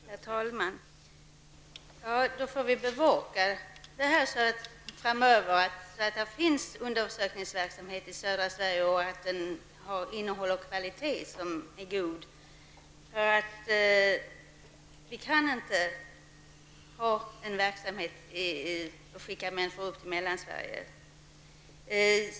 Herr talman! Vi får då framöver bevaka att det verkligen kommer att finnas en undersökningsverksamhet i södra Sverige med ett bra innehåll och en god kvalitet. Vi kan inte i en sådan här verksamhet skicka människor från oss till Mellansverige.